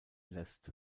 lässt